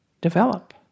develop